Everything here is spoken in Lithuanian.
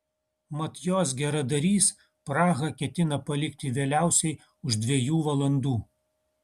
mat jos geradarys prahą ketina palikti vėliausiai už dviejų valandų